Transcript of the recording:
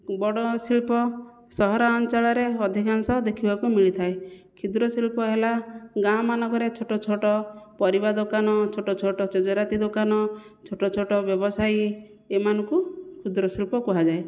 ବଡ଼ ଶିଳ୍ପ ସହରାଞ୍ଚଳରେ ଅଧିକାଂଶ ଦେଖିବାକୁ ମିଳିଥାଏ କ୍ଷୁଦ୍ର ଶିଳ୍ପ ହେଲା ଗାଁ ମାନଙ୍କରେ ଛୋଟ ଛୋଟ ପରିବା ଦୋକାନ ଛୋଟ ଛୋଟ ତେଜରାତି ଦୋକାନ ଛୋଟ ଛୋଟ ବ୍ୟବସାୟୀ ଏମାନଙ୍କୁ କ୍ଷୁଦ୍ର ଶିଳ୍ପ କୁହାଯାଏ